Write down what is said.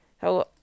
Hello